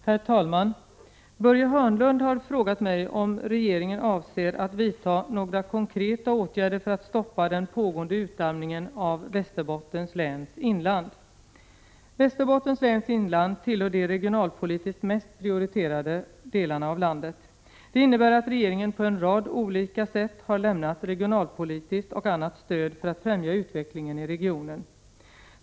Herr talman! Börje Hörnlund har frågat mig om regeringen avser att vidta några konkreta åtgärder för att stoppa den pågående utarmningen av Västerbottens läns inland. Västerbottens läns inland tillhör de regionalpolitiskt mest prioriterade delarna av landet. Det innebär att regeringen på en rad olika sätt har lämnat regionalpolitiskt och annat stöd för att främja utvecklingen i regionen.